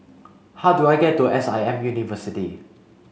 how do I get to S I M University